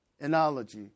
analogy